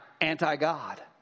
anti-god